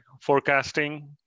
forecasting